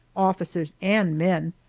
officers and men,